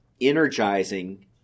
energizing